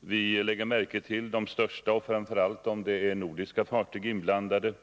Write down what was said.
Vi lägger märke till de största och särskilt dem där nordiska fartyg är inblandade.